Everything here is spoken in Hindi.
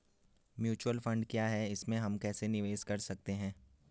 म्यूचुअल फण्ड क्या है इसमें हम कैसे निवेश कर सकते हैं?